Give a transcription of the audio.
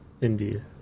indeed